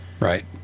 Right